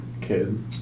kid